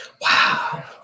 Wow